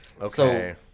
Okay